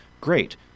Great